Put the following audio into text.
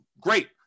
Great